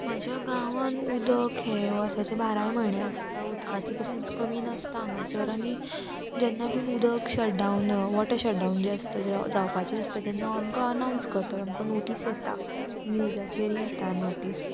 म्हाज्या गांवांन उदक हें वर्साचे बाराय म्हयने आसता उदकाची कसलीच कमी नासता हांगासर आनी जेन्ना बीन उदक शटडावन वॉटर शटडावन जें आसता जावपाचें आसता तेन्ना आमकां अनावंस करता आमकां नोटीस येता न्युजाचेर येता नोटीस